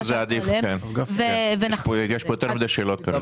אני חושב שזה עדיף, יש פה יותר מדי שאלות.